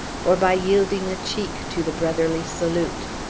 or by yielding a cheek to the brotherly salute.